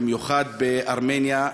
במיוחד בארמניה.